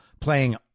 playing